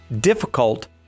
difficult